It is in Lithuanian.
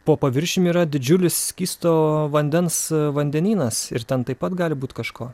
po paviršiumi yra didžiulis skysto vandens vandenynas ir ten taip pat gali būti kažko